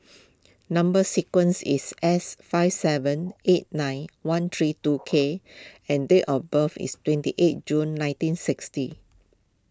Number Sequence is S five seven eight nine one three two K and date of birth is twenty eight June nineteen sixty